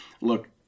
Look